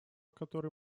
которой